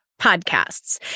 podcasts